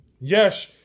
Yes